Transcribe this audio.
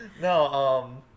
No